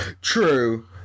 True